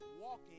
walking